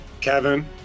Kevin